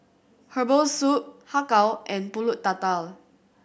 herbal soup Har Kow and Pulut Tatal